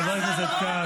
חבר הכנסת כץ.